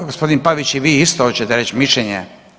Gospodin Pavić i vi isto očete reći mišljenje?